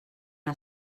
una